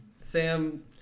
Sam